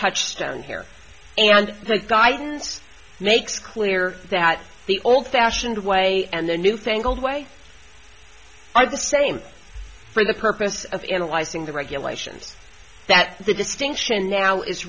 touchstone here and the guidance makes clear that the old fashioned way and the newfangled way i do the same for the purpose of analyzing the regulations that the distinction now is